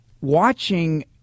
watching